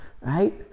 right